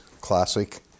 classic